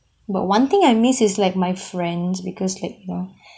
but [one] thing I miss is like my friends because like you know